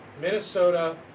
Minnesota